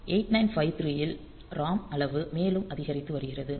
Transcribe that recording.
8953 ல் ROM அளவு மேலும் அதிகரித்து வருகிறது